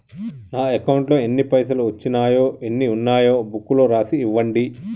నా అకౌంట్లో ఎన్ని పైసలు వచ్చినాయో ఎన్ని ఉన్నాయో బుక్ లో రాసి ఇవ్వండి?